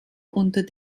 unter